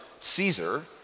Caesar